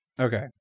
Okay